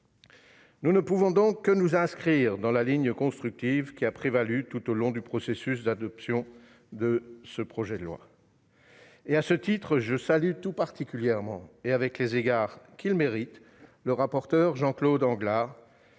Nous ne pouvons donc que nous inscrire dans la ligne constructive qui a prévalu tout au long du processus d'adoption de ce projet de loi. À ce titre, je salue tout particulièrement, avec les égards qu'il mérite, le rapporteur Jean-Claude Anglars